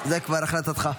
זו כבר החלטתך.